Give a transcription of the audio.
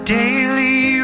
daily